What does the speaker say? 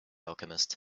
alchemist